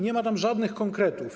Nie ma tam żadnych konkretów.